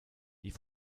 die